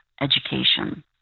education